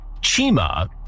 Chima